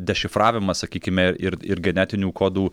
dešifravimas sakykime ir ir genetinių kodų